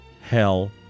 hell